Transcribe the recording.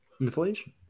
Inflation